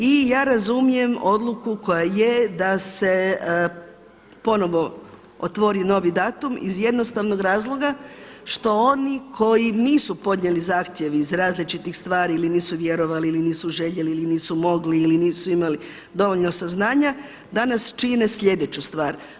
I ja razumijem odluku koja je da se ponovo otvori novi datum iz jednostavnog razloga što oni koji nisu podnijeli zahtjev iz različitih stvari ili nisu vjerovali, ili nisu željeli, ili nisu mogli, ili nisu imali dovoljno saznanja danas čine slijedeću stvar.